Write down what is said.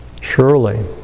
Surely